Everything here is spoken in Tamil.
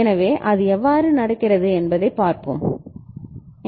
எனவே அது எவ்வாறு நடக்கிறது என்பதைப் பார்ப்போம்